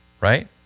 right